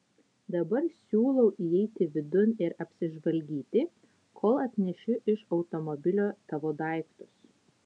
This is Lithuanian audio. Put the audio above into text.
dabar siūlau įeiti vidun ir apsižvalgyti kol atnešiu iš automobilio tavo daiktus